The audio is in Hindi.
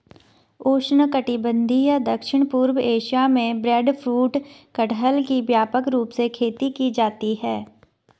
उष्णकटिबंधीय दक्षिण पूर्व एशिया में ब्रेडफ्रूट कटहल की व्यापक रूप से खेती की जाती है